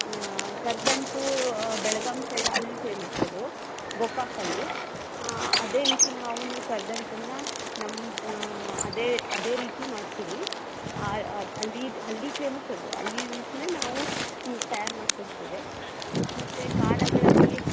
karadantu Belgaum side ಅಲ್ಲಿ ಫೇಮಸ್ಸದು ಗೋಕಾಕಲ್ಲಿ ಅದೇ ರೀತಿ ನಾವು ಕರದಂಟನ್ನ ನಮ್ಮ ಅದೇ ಅದೇ ರೀತಿ ಮಾಡ್ತೀವಿ ಅಲ್ಲೀದು ಅಲ್ಲಿ ಫೇಮಸ್ಸದು ಅಲ್ಲಿ ರೀತಿನೇ ನಾವು ನಿಮ್ಗೆ ತಯಾರಿ ಮಾಡಿ ಕೊಡ್ತೇವೆ ಮತ್ತು ಖಾರಗಳಲ್ಲಿ